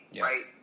right